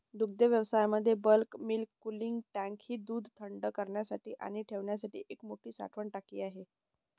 दुग्धव्यवसायामध्ये bulk milk cooling tank ही दूध थंड करण्यासाठी आणि ठेवण्यासाठी एक मोठी साठवण टाकी आहे